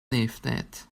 leeftijd